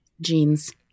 Jeans